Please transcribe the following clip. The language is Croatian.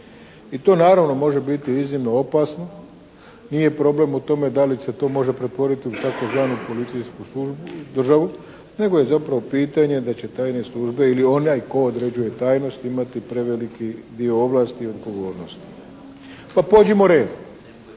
I to naravno može biti iznimno opasno. Nije problem u tome da li se to može pretvoriti u tzv. policijsku službu, državu, nego je zapravo pitanje da će tajne službe ili one tko određuje tajnost imati preveliki dio ovlasti i odgovornosti. Pa pođimo redom.